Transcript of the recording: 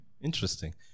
Interesting